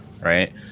right